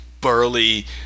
burly